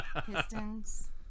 Pistons